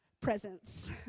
presence